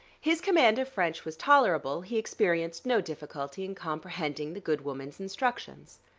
his command of french was tolerable he experienced no difficulty in comprehending the good woman's instructions.